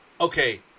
okay